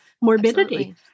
morbidity